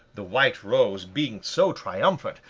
the white rose being so triumphant,